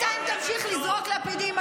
תפתחי את העיניים, תראי מה קורה במדינה.